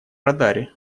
радаре